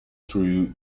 through